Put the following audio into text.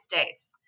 States